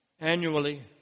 Annually